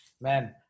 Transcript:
man